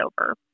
over